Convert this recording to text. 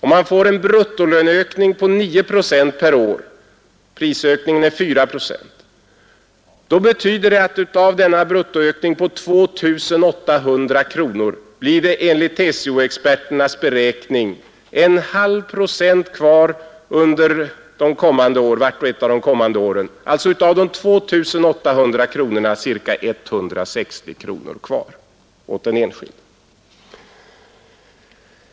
Om han får en bruttolöneökning på 9 procent per år — prisökningen är 4 procent — betyder det att det av denna bruttoökning på 2 800 kronor blir enligt TCO-experternas beräkning en halv procent kvar under vart och ett av de kommande åren — alltså av de 2 800 kronorna ca 160 kronor kvar åt den enskilde.